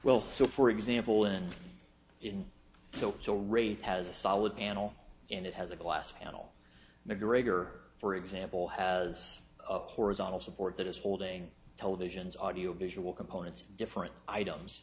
well so for example and in so so rate has a solid animal and it has a glass panel macgregor for example has a horizontal support that is holding televisions audio visual components different items